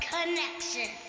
Connection